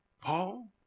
Paul